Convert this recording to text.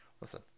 listen